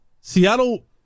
Seattle